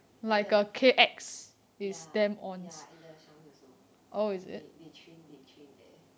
like ya ya and the B also they train they train there